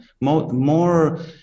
more